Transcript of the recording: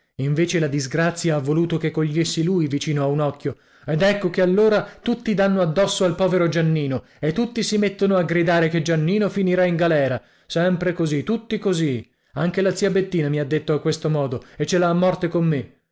invece la disgrazia ha voluto che cogliessi lui vicino a un occhio ed ecco che allora tutti danno addosso al povero giannino e tutti si mettono a gridare che giannino finirà in galera sempre così tutti così anche la zia bettina mi ha detto a questo modo e ce l'ha a morte con me